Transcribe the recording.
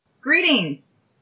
Greetings